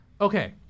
Okay